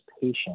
patient